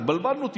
התבלבלנו טיפה,